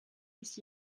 bis